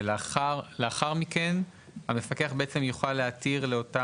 ולאחר מכן, המפקח בעצם יוכל להתיר לאותה